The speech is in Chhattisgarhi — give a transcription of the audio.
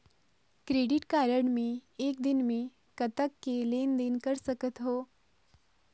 क्रेडिट कारड मे एक दिन म कतक के लेन देन कर सकत हो?